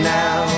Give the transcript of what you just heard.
now